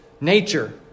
nature